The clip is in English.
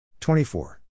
24